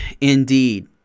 Indeed